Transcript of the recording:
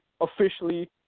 officially